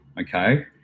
okay